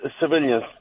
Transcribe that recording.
civilians